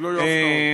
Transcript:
שלא יהיו הפתעות.